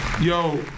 Yo